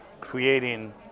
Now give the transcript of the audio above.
creating